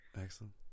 excellent